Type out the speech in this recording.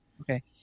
Okay